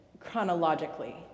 chronologically